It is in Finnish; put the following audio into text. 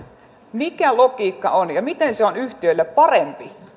mikä logiikka on ja miten se on yhtiöille parempi